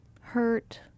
hurt